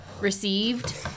received